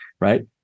Right